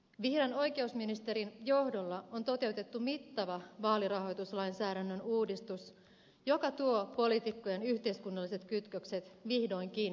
vihreän oikeusministerin johdolla on toteutettu mittava vaalirahoituslainsäädännön uudistus joka tuo poliitikkojen yhteiskunnalliset kytkökset vihdoinkin päivänvaloon